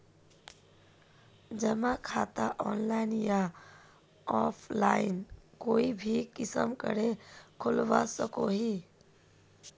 जमा खाता ऑनलाइन या ऑफलाइन कोई भी किसम करे खोलवा सकोहो ही?